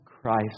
Christ